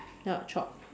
yup chopped